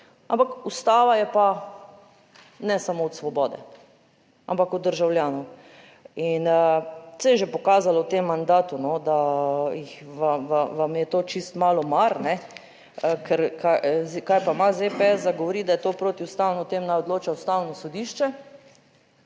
ampak Ustava je pa ne samo od Svobode ampak od državljanov. In se je že pokazalo v tem mandatu, da vam je to čisto malo mar, ne, ker kaj pa ima ZPS govoriti, da je to protiustavno, o tem naj odloča Ustavno sodišče.